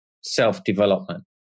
self-development